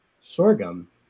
sorghum